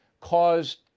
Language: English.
caused